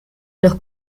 los